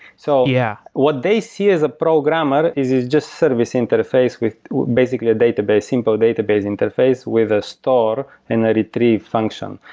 so yeah what they see as a program but is is just service interface with basically a database, simple database interface with a store and a retrieve function.